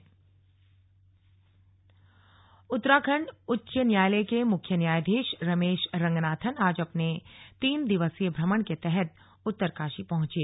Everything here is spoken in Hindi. स्लग मुख्य न्यायाधीश उत्तराखंड उच्च न्यायालय के मुख्य न्यायाधीश रमेश रंगनाथन आज अपने तीन दिवसीय भ्रमण के तहत उत्तरकाशी पहुंचे